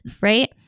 right